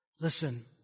Listen